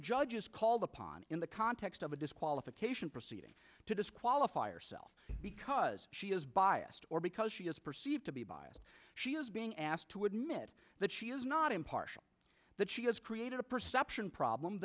judge is called upon in the context of a disqualification proceeding to disqualify yourself because she is biased or because she is perceived to be biased she is being asked to admit that she is not impartial that she has created a perception problem